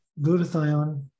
glutathione